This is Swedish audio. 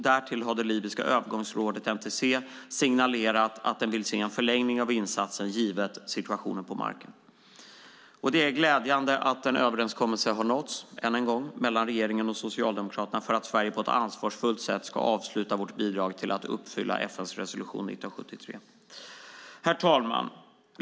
Därtill har det libyska övergångsrådet NTC signalerat att det vill se en förlängning av insatsen givet situationen på marken. Det är glädjande att en överenskommelse har nåtts ännu en gång mellan regeringen och Socialdemokraterna så att Sverige på ett ansvarsfullt sätt ska avsluta sitt bidrag för att uppfylla FN:s resolution 1973. Herr talman!